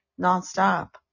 nonstop